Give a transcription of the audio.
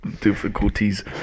difficulties